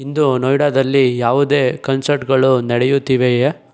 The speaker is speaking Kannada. ಇಂದು ನೋಯ್ಡಾದಲ್ಲಿ ಯಾವುದೇ ಕನ್ಸರ್ಟ್ಗಳು ನಡೆಯುತ್ತಿವೆಯ